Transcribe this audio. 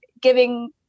giving